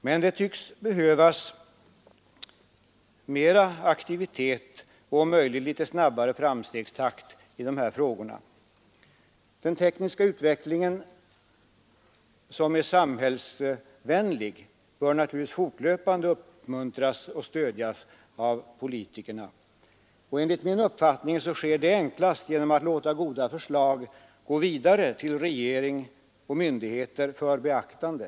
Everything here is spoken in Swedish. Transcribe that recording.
Men det tycks behövas mer aktivitet och om möjligt litet snabbare framstegstakt i dessa frågor. Den tekniska utveckling som är samhällsvänlig bör naturligtvis fortlöpande uppmuntras och stödjas av politikerna. Enligt min uppfattning sker detta enklast om utskottet låter goda förslag gå vidare till regering och myndigheter för beaktande.